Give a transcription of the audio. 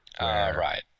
right